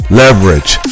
leverage